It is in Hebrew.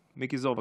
בבקשה,